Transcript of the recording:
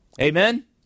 Amen